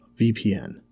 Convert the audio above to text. VPN